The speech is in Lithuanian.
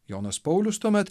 jonas paulius tuomet